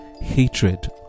hatred